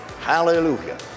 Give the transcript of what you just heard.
Hallelujah